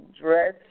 dress